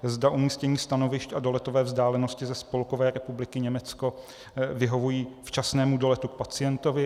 Zda umístění stanovišť a doletové vzdálenosti ze Spolkové republiky Německo vyhovují včasnému doletu k pacientovi.